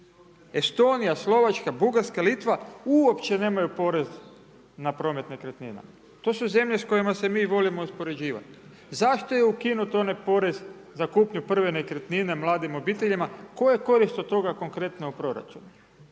Estonija, Slovačka, Bugarska, Litva uopće nemaju porez na promet nekretninama. To su zemlje s kojima se mi volimo uspoređivati. Zašto je ukinut onaj porez za kupnju prve nekretnine mladim obiteljima? Koja je korist od toga konkretno u proračunu?